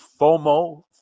FOMO